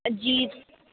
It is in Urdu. جی